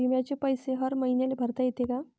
बिम्याचे पैसे हर मईन्याले भरता येते का?